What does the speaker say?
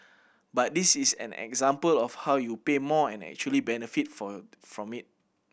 but this is an example of how you pay more and actually benefit for from it